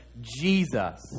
Jesus